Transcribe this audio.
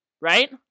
right